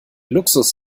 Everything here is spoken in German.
luxus